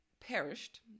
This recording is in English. perished